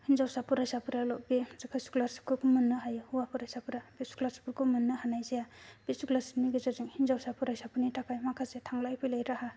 हिन्जावसा फरायसाफोराल' बे जेखौ स्क'लारशिपखौ मोननो हायो हौवा फरासाफोरा बे स्क'लारशिपखौ मोननो हानाय जाया बे स्क'लारशिपनि गेजेरजों हिन्जावसा फरायसाफोरनि थाखाय माखासे थांलाय फैलाय राहा